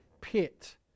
pit